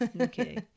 Okay